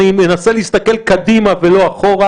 אני מנסה להסתכל קדימה ולא אחורה,